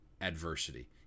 adversity